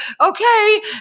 okay